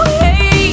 hey